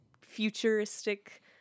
futuristic